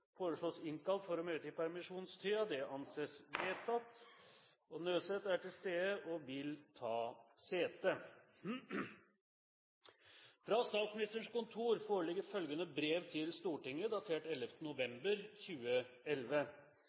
for å møte i permisjonstiden. Jacob Nødseth er til stede og vil ta sete. Fra statsministerens kontor foreligger følgende brev til Stortinget, datert 11. november 2011: